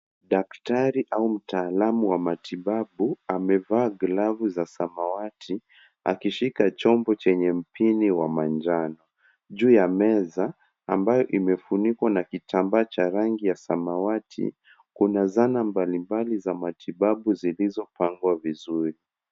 Daktari au mtaalamu wa matibabu, amevaa glavu za samawati, akishika chombo chenye mpini wa manjano. Juu ya meza ambayo imefunikwa na kitambaa cha rangi ya samawati, kuna zana mbalimbali za matibabu zilizopangwa vizuri.